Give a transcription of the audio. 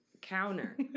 counter